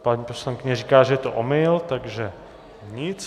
Paní poslankyně říká, že je to omyl, takže nic.